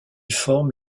forme